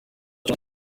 nta